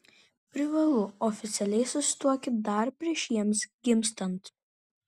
privalu oficialiai susituokti dar prieš jiems gimstant